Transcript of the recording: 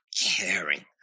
caring